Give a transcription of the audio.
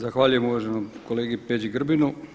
Zahvaljujem uvaženom kolegi Peđi Grbinu.